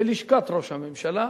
בלשכת ראש הממשלה,